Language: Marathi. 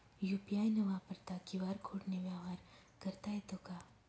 यू.पी.आय न वापरता क्यू.आर कोडने व्यवहार करता येतो का?